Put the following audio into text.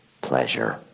pleasure